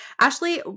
Ashley